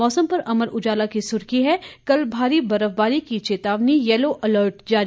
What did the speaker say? मौसम पर अमर उजाला की सुर्खी है कल भारी बर्फबारी की चेतावनी येलो अलर्ट जारी